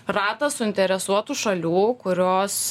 ratas suinteresuotų šalių kurios